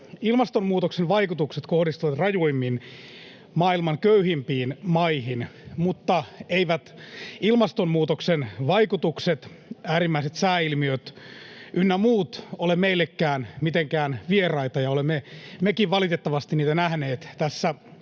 Ilmastonmuutoksen vaikutukset kohdistuvat rajuimmin maailman köyhimpiin maihin, mutta eivät ilmastonmuutoksen vaikutukset, äärimmäiset sääilmiöt ynnä muut, ole meillekään mitenkään vieraita ja olemme mekin valitettavasti niitä nähneet tässä